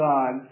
God